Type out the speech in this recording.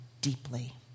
deeply